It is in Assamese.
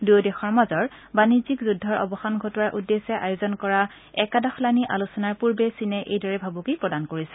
দুয়ো দেশৰ মাজৰ বাণিজ্যিক যুদ্ধৰ অৱসান ঘটোৱাৰ উদ্দেশ্যে আয়োজন কৰা একাদশ লানি আলোচনাৰ পূৰ্বে চীনে এইদৰে ভাবুকি প্ৰদান কৰিছে